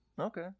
okay